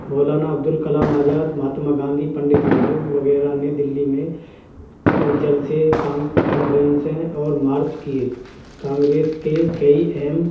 مولانا عبد الکلام آجاد مہاتما گاندھی پنڈت نہرو وغیرہ نے دلی میں جلسے ک کانفرنسیں اور مارچ کیے کانگریس کے کئی اہم